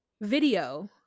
video